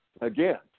Again